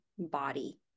body